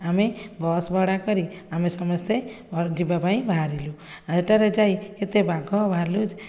ଆମେ ବସ୍ ଭଡା କରି ଆମେ ସମସ୍ତେ ଯିବା ପାଇଁ ବାହାରିଲୁ ବାଟରେ ଯାଇ କେତେ ବାଘ ଭାଲୁ